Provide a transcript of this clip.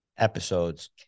Episodes